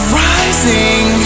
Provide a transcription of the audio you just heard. rising